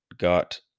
got